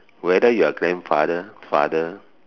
whether your grandfather father